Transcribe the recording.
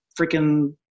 freaking